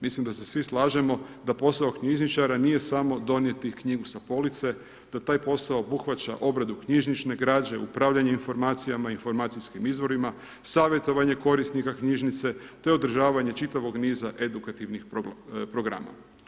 Mislim da se svi slažemo da posao knjižničara nije samo donijeti knjigu sa police, da taj posao obuhvaća obradu knjižnične građe, upravljanje informacijama i informacijskim izvorima, savjetovanje korisnika knjižnice te održavanje čitavog niza edukativnog programa.